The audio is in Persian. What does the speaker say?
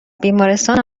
بیمارستان